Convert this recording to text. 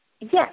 Yes